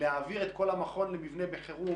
להעביר בחירום את כל המכון למבנה אחר,